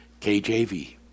KJV